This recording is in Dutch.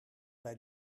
bij